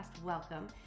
Welcome